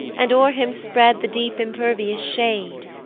and o'er him spread the deep impervious shade.